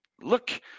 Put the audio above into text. look